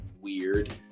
weird